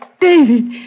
David